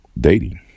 dating